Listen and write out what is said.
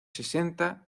sesenta